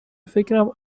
فکرم